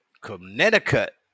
Connecticut